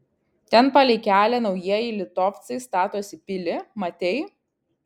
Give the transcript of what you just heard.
ten palei kelią naujieji litovcai statosi pilį matei